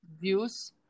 views